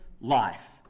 life